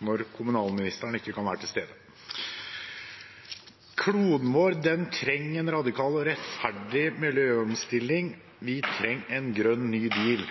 når kommunalministeren ikke kunne være til stede. «Kloden trenger en radikal og rettferdig miljøomstilling, vi trenger en grønn, ny deal.